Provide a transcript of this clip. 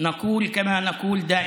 אנו אומרים כפי שאנו אומרים תמיד: